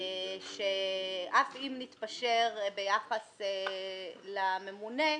שאף אם נתפשר ביחס לממונה,